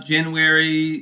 January